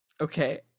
Okay